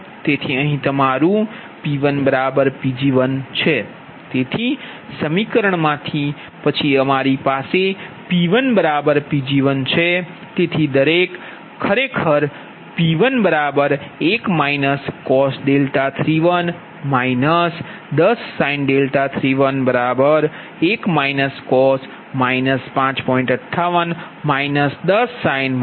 તેથી અહીં તમારું P1 Pg1 છે તેથી સમીકરણ માથી પછી અમારી પાસે P1 Pg1 છે તેથી ખરેખરP11 cos31 10sin311 cos 5